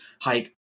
hike